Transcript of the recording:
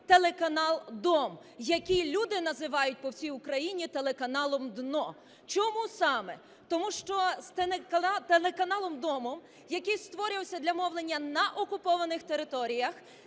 телеканал "Дом", який люди називають по всій Україні телеканалом "дно". Чому саме? Тому що телеканалом "Дом", який створювався для мовлення на окупованих територіях